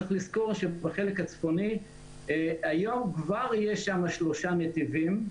צריך לזכור שבחלק הצפוני היום כבר יש שם שלושה נתיבים,